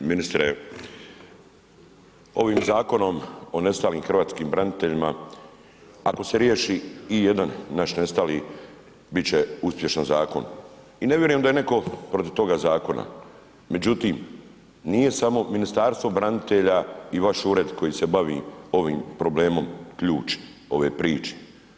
Ministre ovim Zakonom o nestalim hrvatskim braniteljima ako se riješi i jedan naš nestali bit će uspješan zakon i ne vjerujem da je netko protiv toga zakona, međutim nije samo Ministarstvo branitelja i vaš ured koji se bavi ovim problemom ključ ove priče.